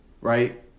right